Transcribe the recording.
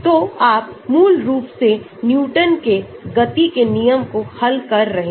तो आप मूल रूप से न्यूटन के गति के नियम को हल कर रहे हैं